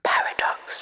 Paradox